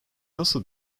nasıl